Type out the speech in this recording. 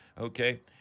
okay